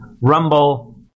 rumble